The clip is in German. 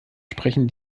sprechen